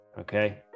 Okay